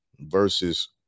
versus